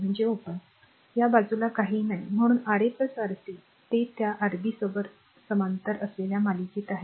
तर या बाजूला काहीही नाही आणि म्हणून Ra Rc ते त्या Rb सोबत समांतर असलेल्या मालिकेत आहेत